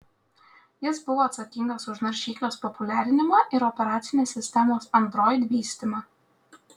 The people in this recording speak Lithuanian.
jis buvo atsakingas už naršyklės populiarinimą ir operacinės sistemos android vystymą